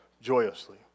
joyously